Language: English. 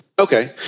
Okay